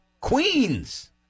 Queens